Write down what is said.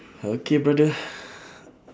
okay brother